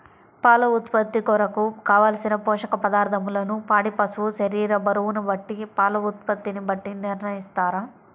పాల ఉత్పత్తి కొరకు, కావలసిన పోషక పదార్ధములను పాడి పశువు శరీర బరువును బట్టి పాల ఉత్పత్తిని బట్టి నిర్ణయిస్తారా?